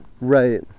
Right